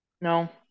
No